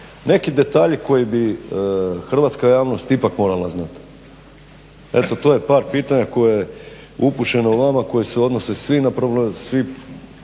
Neki detalji koje bi hrvatska javnost ipak morala znati. Eto, to je par pitanja koje je upućeno vama, koja se odnose sva na problematiku